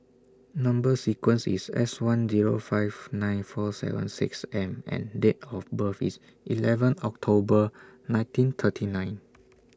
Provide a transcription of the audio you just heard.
Number sequence IS S one Zero five nine four seven six M and Date of birth IS eleven October nineteen thirty nine